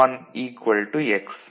அதாவது x plus 0 x மற்றும் x and 1 x